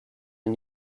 and